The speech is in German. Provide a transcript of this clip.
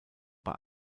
bei